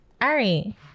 Ari